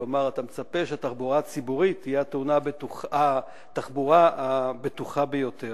כלומר אתה מצפה שהתחבורה הציבורית תהיה התחבורה הבטוחה ביותר.